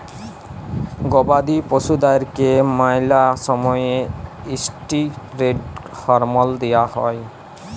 গবাদি পশুদ্যারকে ম্যালা সময়ে ইসটিরেড হরমল দিঁয়া হয়